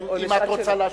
אם את רוצה להשלים,